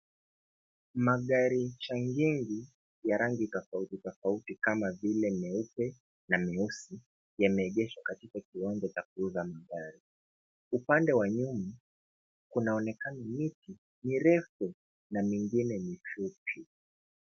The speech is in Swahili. Magari shangingi ya rangi tofauti tofauti, kama vile meupe na meusi yameegeshwa katika kiwanja cha kuuza magari. Upande wa nyuma kunaonekana miti mirefu na mingine mifupi.